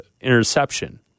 interception